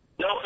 No